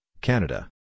Canada